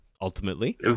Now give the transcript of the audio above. ultimately